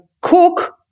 cook